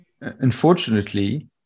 unfortunately